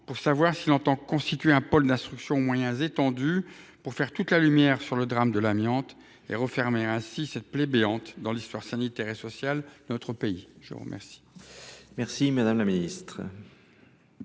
Gouvernement entend il constituer un pôle d’instruction aux moyens étendus pour faire toute la lumière sur le drame de l’amiante et refermer ainsi cette plaie béante dans l’histoire sanitaire et sociale de notre pays ? La parole est à Mme la ministre